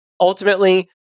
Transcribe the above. ultimately